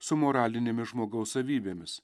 su moralinėmis žmogaus savybėmis